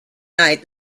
night